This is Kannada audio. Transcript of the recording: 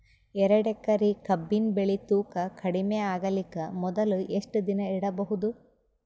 ಎರಡೇಕರಿ ಕಬ್ಬಿನ್ ಬೆಳಿ ತೂಕ ಕಡಿಮೆ ಆಗಲಿಕ ಮೊದಲು ಎಷ್ಟ ದಿನ ಇಡಬಹುದು?